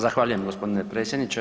Zahvaljujem gospodine predsjedniče.